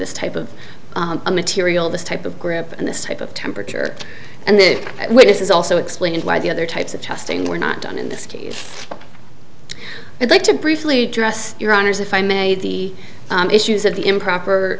this type of material this type of grip and this type of temperature and then witnesses also explained why the other types of testing were not done in this case i'd like to briefly address your honor's if i made the issues of the improper